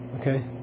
okay